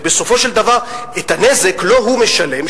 ובסופו של דבר את הנזק שהוא גורם לא הוא משלם,